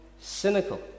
cynical